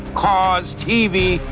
cars, tv,